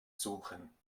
suchen